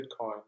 Bitcoin